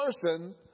person